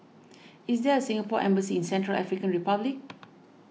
is there a Singapore Embassy in Central African Republic